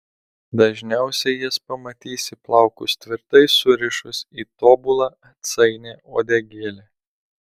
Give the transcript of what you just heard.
dažniausiai jas pamatysi plaukus tvirtai surišus į tobulą atsainią uodegėlę